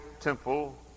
temple